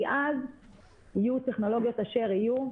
כי אז יהיו טכנולוגיות אשר יהיו,